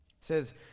says